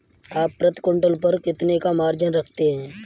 आप प्रति क्विंटल पर कितने का मार्जिन रखते हैं?